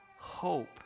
hope